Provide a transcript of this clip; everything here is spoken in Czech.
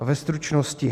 Ve stručnosti: